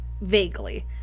Vaguely